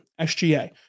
SGA